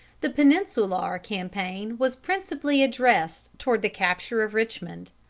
the peninsular campaign was principally addressed toward the capture of richmond.